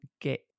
get